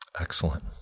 Excellent